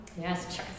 yes